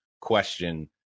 question